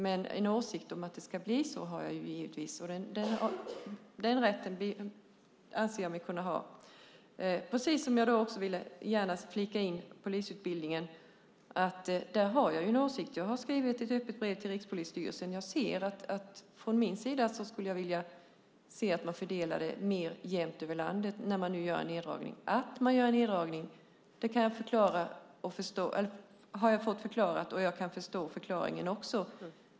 Men en åsikt om att det ska bli så har jag givetvis. Den rätten anser jag mig kunna ha. Jag vill också gärna flika in om polisutbildningen att där har jag en åsikt. Jag har skrivit ett öppet brev till Rikspolisstyrelsen. Från min sida skulle jag vilja se att man fördelade det mer jämnt över landet när man nu gör en neddragning. Att man gör en neddragning har jag fått förklarat, och jag kan förstå förklaringen också.